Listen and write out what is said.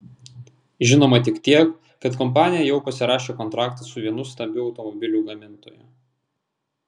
žinoma tik tiek kad kompanija jau pasirašė kontraktą su vienu stambiu automobilių gamintoju